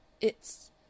It's